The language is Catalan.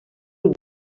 grup